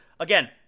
Again